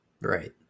Right